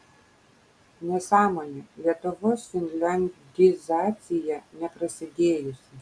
nesąmonė lietuvos finliandizacija neprasidėjusi